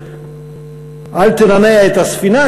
אל תנענע את הסירה,